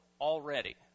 already